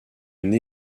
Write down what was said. une